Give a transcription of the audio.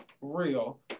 Real